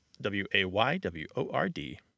W-A-Y-W-O-R-D